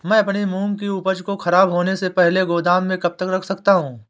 मैं अपनी मूंग की उपज को ख़राब होने से पहले गोदाम में कब तक रख सकता हूँ?